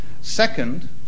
Second